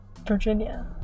Virginia